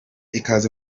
ikaze